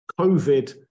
COVID